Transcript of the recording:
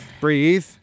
Breathe